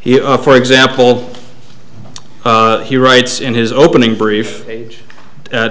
he for example he writes in his opening brief age